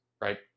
right